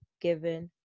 given